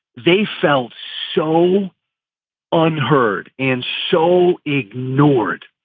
they felt so unheard and so ignored,